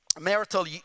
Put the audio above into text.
Marital